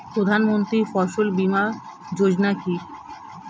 প্রধানমন্ত্রী ফসল বীমা যোজনা কি?